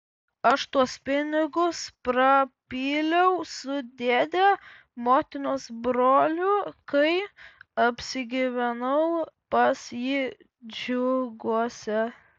aš tuos pinigus prapyliau su dėde motinos broliu kai apsigyvenau pas jį džiuguose